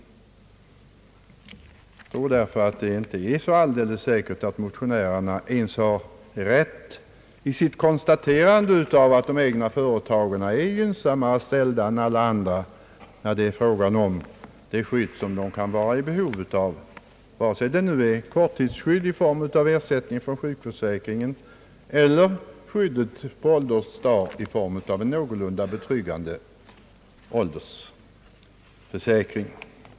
Det är därför inte alldeles säkert att motionärerna har rätt när de konstaterar att de egna företagarna är gynnsammare ställda än alla andra när det gäller det skydd som de behöver, vare sig det nu är korttidsskydd i form av ersättning från sjukförsäkringen eller skydd på ålderns dagar i form av en någorlunda betryggande ålderspension.